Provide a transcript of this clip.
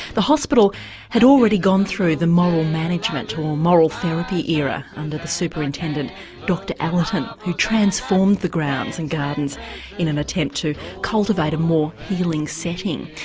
the hospital had already gone through the moral management or moral therapy era under the superintendent dr ellerton, who transformed the grounds and gardens in an attempt to cultivate a more healing setting.